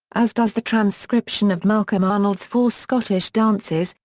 as does the transcription of malcolm arnold's four scottish dances,